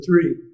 three